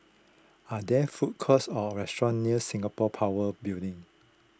are there food courts or restaurants near Singapore Power Building